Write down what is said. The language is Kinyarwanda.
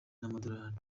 y’amadolari